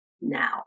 now